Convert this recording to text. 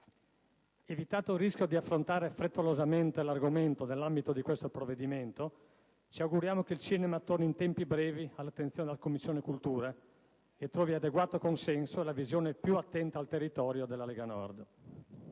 Evitato il rischio di affrontare frettolosamente l'argomento nell'ambito di questo provvedimento, ci auguriamo che il cinema torni in tempi brevi all'attenzione della 7a Commissione e trovi adeguato consenso la visione più attenta al territorio della Lega Nord.